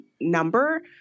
number